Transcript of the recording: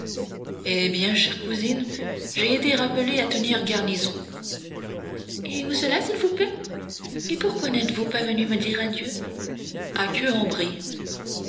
eh bien chère cousine j'ai été rappelé à tenir garnison et où cela s'il vous plaît et pourquoi n'êtes-vous pas venu me dire adieu à